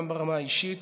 גם ברמה האישית,